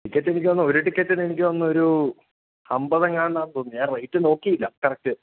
ടിക്കറ്റെനിക്ക് തോന്നുന്നു ഒരു ടിക്കറ്റിന് എനിക്ക് തോന്നുന്നു ഒരു അമ്പത് എങ്ങാണ്ടാണെന്ന് തോന്നുന്നു ഞാൻ റേറ്റ് നോക്കിയില്ല കറക്ട്